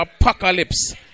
Apocalypse